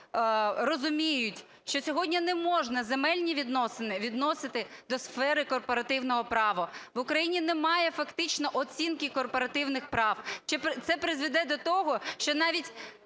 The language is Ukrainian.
розуміють, що сьогодні не можна земельні відносини відносити до сфери корпоративного права, в Україні немає фактично оцінки корпоративних прав. Це призведе до того, що навіть